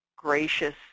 gracious